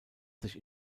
sich